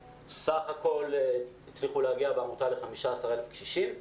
סך-הכול הצליחו להגיע בעמותה ל-15 אלף קשישים,